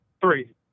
three